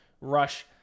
rush